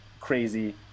crazy